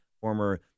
former